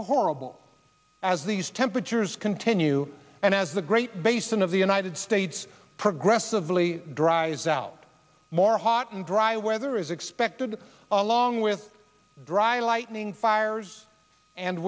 horrible as these temperatures continue and as the great basin of the united states progress the valley dries out more hot and dry weather is expected along with dry lightning fires and